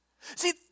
See